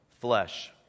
flesh